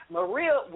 Maria